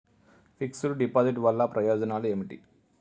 Fix డ్ deposit వల్ల ప్రయోజనాలు ఏమిటి?